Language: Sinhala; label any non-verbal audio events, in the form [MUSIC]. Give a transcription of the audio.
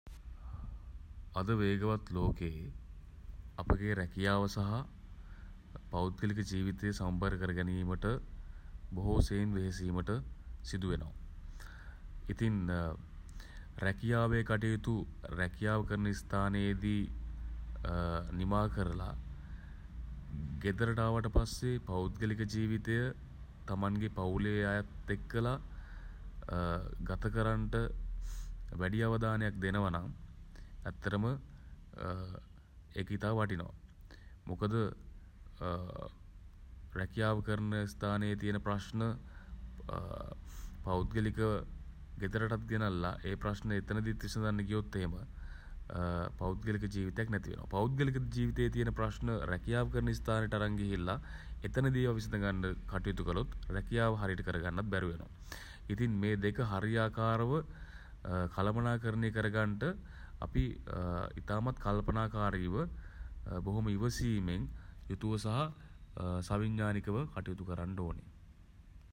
අද වේගවත් ලෝකයේ [HESITATION] අපගේ රැකියාව සහ [HESITATION] පෞද්ගලික ජීවිතේ සමබර කර ගැනීමට [HESITATION] බොහෝ සෙයින් වෙහෙසීමට සිදුවෙනවා. ඉතින් [HESITATION] රැකියාවේ කටයුතු [HESITATION] රැකියාව කරන ස්ථානයේදී [HESITATION] නිමා කරලා [HESITATION] ගෙදරට ආවට පස්සේ [HESITATION] පෞද්ගලික ජීවිතය [HESITATION] තමන්ගේ පවුලේ අයත් එක්කලා [HESITATION] ගත කරන්ට [HESITATION] වැඩි අවධානයක් දෙනවා නම් [HESITATION] ඇත්තටම [HESITATION] ඒක ඉතා වටිනවා. මොකද [HESITATION] රැකියාව කරන ස්ථානයේ තියෙන ප්රශ්න [HESITATION] පෞද්ගලිකව ගෙදරටත් ගෙනල්ලා ඒ ප්රශ්න එතනදිත් විසඳන්න ගියොත් එහෙම [HESITATION] පෞද්ගලික ජීවිතයක් නැති වෙනවා. පෞද්ගලික ජීවිතේ තියෙන ප්රශ්න රැකියා කරන ස්ථානය අරන් ගිහිල්ලා එතැන දී අවසර ගන්න කටයුතු කළ රැකියාව හරියට කරගන්නත් බැරි වෙනවා. ඉතින් [HESITATION] මේ දෙක හරියාකාරව [HESITATION] කළමනාකරණය කරගන්ට අපි [HESITATION] ඉතාමත් කල්පනාකාරීව [HESITATION] බොහොම ඉවසීමෙන් යුතුව සහ [HESITATION] සවිඥානිකව කටයුතු කරන්න ඕන.